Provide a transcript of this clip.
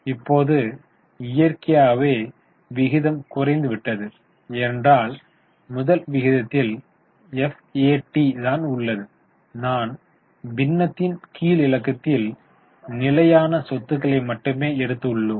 இப்போது இயற்கையாகவே விகிதம் குறைந்து விட்டது ஏனென்றால் முதல் விகிதத்தில் எப்எடி தான் உள்ளது நாம் பின்னத்தின் கீழிலக்கத்தில் நிலையான சொத்துக்களை மட்டுமே எடுத்துள்ளோம்